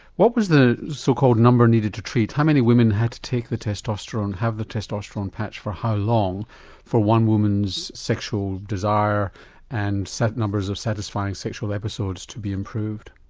what was the so total number needed to treat, how many women had to take the testosterone, have the testosterone patch for how long for one woman's sexual desire and set numbers of satisfying sexual episodes to be improved?